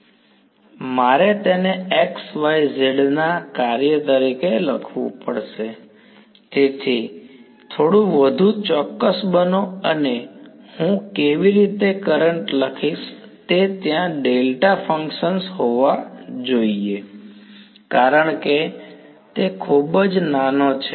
વિદ્યાર્થી મારે તેને x y z ના કાર્ય તરીકે લખવું પડશે તેથી થોડું વધુ ચોક્કસ બનો અને હું કેવી રીતે કરંટ લખીશ તે ત્યાં ડેલ્ટા ફંક્શન્સ હોવા જોઈએ કારણ કે તે ખૂબ જ નાનો છે